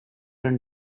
and